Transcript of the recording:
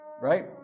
right